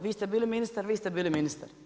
Vi ste bili ministar, vi ste bili ministar.